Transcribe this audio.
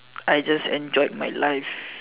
I just enjoyed my life